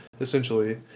essentially